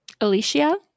Alicia